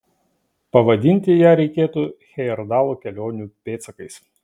pavadinti ją reikėtų hejerdalo kelionių pėdsakais